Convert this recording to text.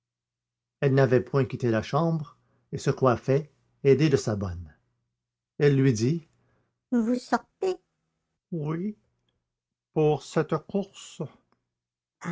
elle n'avait point quitté la chambre et se coiffait aidée de sa bonne elle lui dit vous sortez oui pour cette course